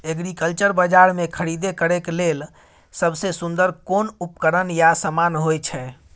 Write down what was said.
Agriculture बाजार में खरीद करे के लेल सबसे सुन्दर कोन उपकरण या समान होय छै?